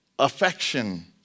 Affection